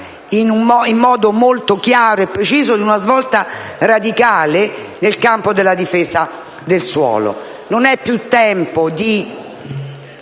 in modo molto chiaro e preciso, di una svolta radicale nel campo della difesa del suolo. Non è più tempo di